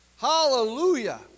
Hallelujah